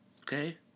Okay